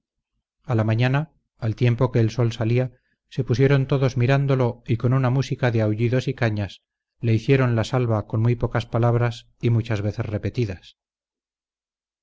a la mañana al tiempo que el sol salía se pusieron todos mirándolo y con una música de aullidos y cañas le hicieron la salva con muy pocas palabras y muchas veces repetidas